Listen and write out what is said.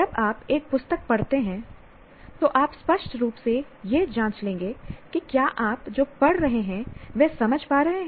जब आप एक पुस्तक पढ़ते हैं तो आप स्पष्ट रूप से यह जांच लेंगे कि क्या आप जो पढ़ रहे हैं वह समझ पा रहे हैं